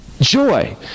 joy